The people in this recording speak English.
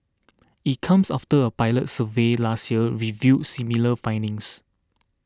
it comes after a pilot survey last year revealed similar findings